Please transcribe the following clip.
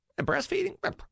Breastfeeding